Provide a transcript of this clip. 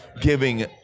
giving